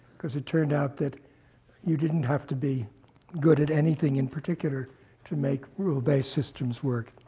because it turned out that you didn't have to be good at anything in particular to make rule-based systems work.